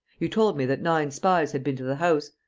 you told me that nine spies had been to the house.